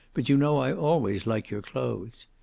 but you know i always like your clothes.